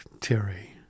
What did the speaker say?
Terry